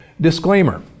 Disclaimer